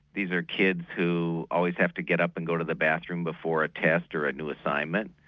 these are kids who always have to get up and go to the bathroom before a test or a new assignment.